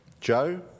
Joe